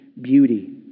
beauty